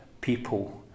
people